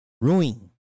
Ruin